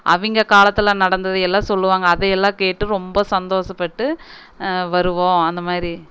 அவங்க காலத்தில் நடந்ததை எல்லாம் சொல்லுவாங்கள் அதையெல்லாம் கேட்டு ரொம்ப சந்தோஷப்பட்டு வருவோம் அந்த மாதிரி